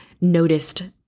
noticed